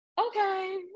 okay